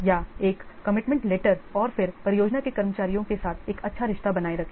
या एक commitment letter और फिर परियोजना के कर्मचारियों के साथ एक अच्छा रिश्ता बनाए रखें